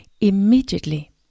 immediately